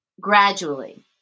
Gradually